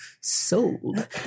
sold